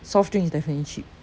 soft drink is definitely cheap